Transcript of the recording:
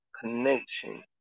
connection